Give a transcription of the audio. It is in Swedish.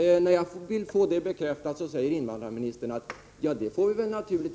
När jag vill få det bekräftat, säger invandrarministern att det får